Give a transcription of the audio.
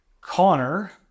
Connor